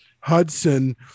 Hudson